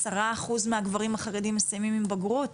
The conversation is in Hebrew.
עשרה אחוז מהגברים החרדים מסיימים עם בגרות?